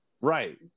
Right